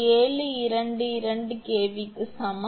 722 kV க்கு சமம்